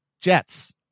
jets